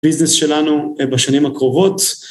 ביזנס שלנו בשנים הקרובות.